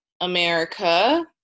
America